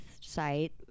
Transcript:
site